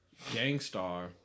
Gangstar